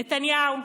נתניהו,